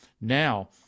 Now